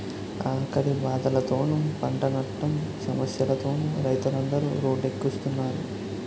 ఆకలి బాధలతోనూ, పంటనట్టం సమస్యలతోనూ రైతులందరు రోడ్డెక్కుస్తున్నారు